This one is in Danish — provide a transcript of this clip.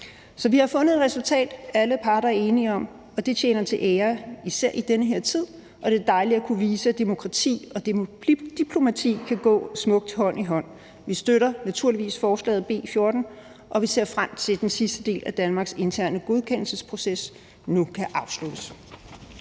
Så vi har fundet et resultat, alle parter er enige om, og det tjener os til ære, især i den her tid, og det er dejligt at kunne vise, at demokrati og diplomati kan gå smukt hånd i hånd. Vi støtter naturligvis forslaget B 14, og vi ser frem til, at den sidste del af Danmarks interne godkendelsesproces nu kan afsluttes.